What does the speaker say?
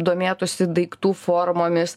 domėtųsi daiktų formomis